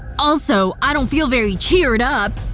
also, i don't feel very cheered up